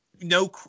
No